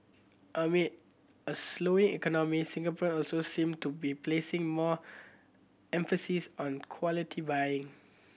amid a slowing economy Singaporean also seem to be placing more emphasis on quality buying